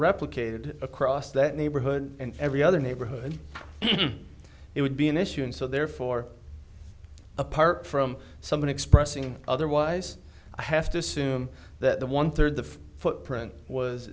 replicated across that neighborhood and every other neighborhood it would be an issue and so therefore apart from someone expressing otherwise i have to assume that the one third the footprint was